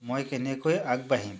মই কেনেকৈ আগবাঢ়িম